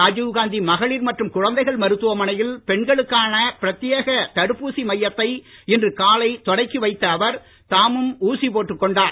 ராஜுவ் காந்தி மகளிர் மற்றும் குழந்தைகள் மருத்துவ மனையில் பெண்களுக்கான பிரத்தியேக தடுப்பூசி மையத்தை இன்று காலை தொடங்கி வைத்த அவர் தாமும் ஊசி போட்டுக் கொண்டார்